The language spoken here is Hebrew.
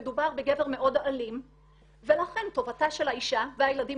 מדובר בגבר מאוד אלים ולכן טובתה של האשה והילדים